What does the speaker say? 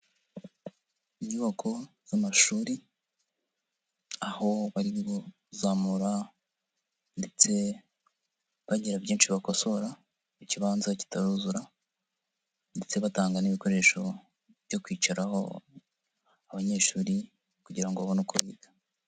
Inyubako z'amashuri aho bari kuzamura ndetse bagira byinshi bakosora mu kibanza kitaruzura ndetse batanga n'ibikoresho byo kwicaraho abanyeshuri kugira ngo babone uko biga.